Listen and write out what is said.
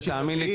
תאמין לי.